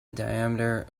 diameter